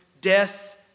death